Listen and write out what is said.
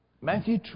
Matthew